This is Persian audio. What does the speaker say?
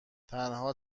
تنها